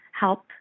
help